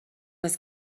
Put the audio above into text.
was